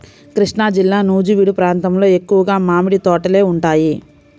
కృష్ణాజిల్లా నూజివీడు ప్రాంతంలో ఎక్కువగా మామిడి తోటలే ఉంటాయి